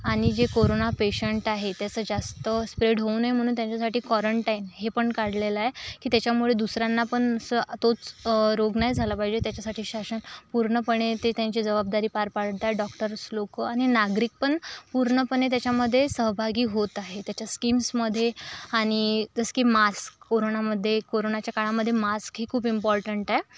आणि जे corona patient आहे त्याचं जास्त स्प्रेड होऊ नये म्हणून त्यांच्यासाठी क्वारंटाईन हे पण काढलेलं आहे की त्याच्यामुळे दुसऱ्यांना पण असं तोच रोग नाही झाला पाहिजे त्याच्यासाठी शासन पूर्णपणे ते त्यांची जबाबदारी पार पाडत आहे डॉक्टर्स लोक आणि नागरिक पण पूर्णपणे त्याच्यामध्ये सहभागी होत आहे त्याच्या स्कीम्समध्ये आणि जसं की मास्क कोरोनामध्ये कोरोनाच्या काळामध्ये मास्क हे खूप इम्पॉर्टन्ट आहे